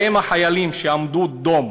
האם החיילים שעמדו דום